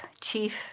chief